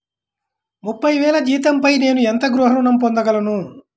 ముప్పై వేల జీతంపై నేను ఎంత గృహ ఋణం పొందగలను?